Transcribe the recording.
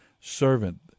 servant